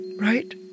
right